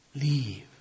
Leave